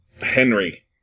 henry